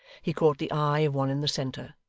he caught the eye of one in the centre,